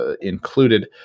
included